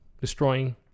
destroying